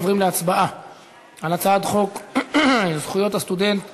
אנחנו עוברים להצבעה על הצעת חוק זכויות הסטודנט (תיקון,